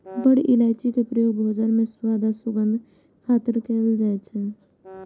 बड़ी इलायची के प्रयोग भोजन मे स्वाद आ सुगंध खातिर कैल जाइ छै